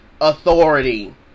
authority